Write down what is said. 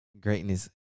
greatness